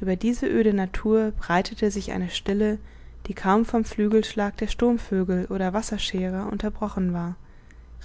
ueber diese öde natur breitete sich eine stille die kaum vom flügelschlag der sturmvögel oder wasserscherer unterbrochen war